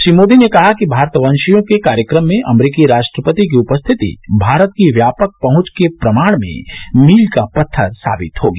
श्री मोदी ने कहा कि भारतवंशियों के कार्यक्रम में अमरीकी राष्ट्रपति की उपस्थिति भारत की व्यापक पहुंच के प्रमाण में मील का पत्थर साबित होगी